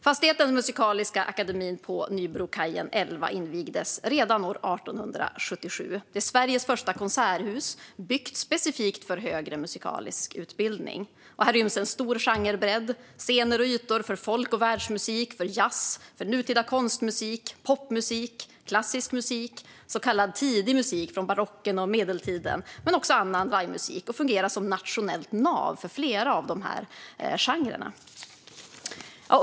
Fastigheten Musikaliska Akademien på Nybrokajen 11 invigdes redan år 1877. Det är Sveriges första konserthus, byggt specifikt för högre musikalisk utbildning. Här ryms en stor genrebredd - scener och ytor för folk och världsmusik, jazz, nutida konstmusik, popmusik, klassisk musik och så kallad tidig musik från barocken och medeltiden, men också för annan livemusik. Det fungerar även som nationellt nav för många av dessa genrer.